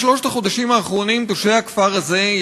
בשלושת החודשים האחרונים תושבי הכפר הזה,